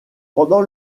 pendant